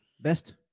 best